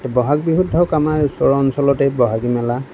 বহাগ বিহুত ধৰক আমাৰ ওচৰৰ অঞ্চলতেই বহাগী মেলা